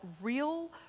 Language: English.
real